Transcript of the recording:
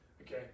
Okay